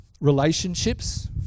Relationships